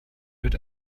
wird